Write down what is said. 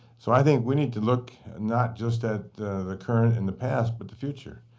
so i think we need to look not just at the current and the past, but the future.